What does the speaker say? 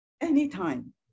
anytime